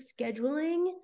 scheduling